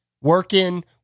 working